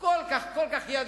כל כך ידען